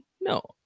No